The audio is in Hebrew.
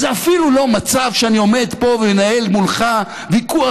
זה אפילו לא מצב שאני עומד פה ומנהל מולך ויכוח